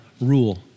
rule